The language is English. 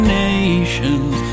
nations